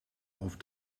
auf